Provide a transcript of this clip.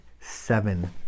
seven